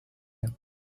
them